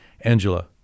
Angela